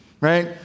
Right